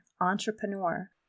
entrepreneur